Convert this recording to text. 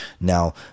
Now